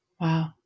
Wow